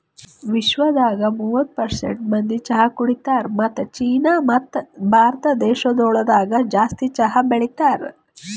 ವಿಶ್ವದಾಗ್ ಮೂವತ್ತು ಪರ್ಸೆಂಟ್ ಮಂದಿ ಚಹಾ ಕುಡಿತಾರ್ ಮತ್ತ ಚೀನಾ ಮತ್ತ ಭಾರತ ದೇಶಗೊಳ್ದಾಗ್ ಜಾಸ್ತಿ ಚಹಾ ಬೆಳಿತಾರ್